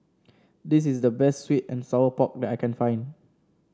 this is the best sweet and Sour Pork that I can find